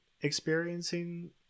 experiencing